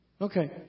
Okay